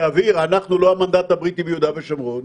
הוא להבהיר: אנחנו לא המנדט הבריטי ביהודה ושומרון.